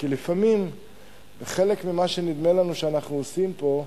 חלק ממה שנדמה לנו שאנחנו עושים פה,